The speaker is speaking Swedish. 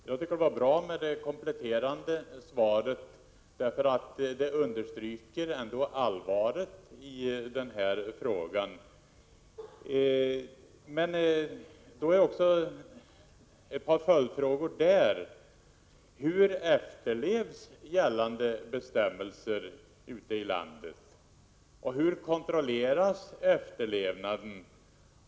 Herr talman! Jag tycker att det var bra med det här kompletterande svaret, därför att det understryker allvaret i frågan. Men det ger anledning till ett par följdfrågor: Hur efterlevs gällande bestämmelser ute i landet, och hur kontrolleras efterlevnaden?